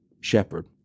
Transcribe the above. shepherd